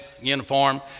uniform